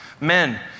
Men